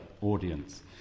audience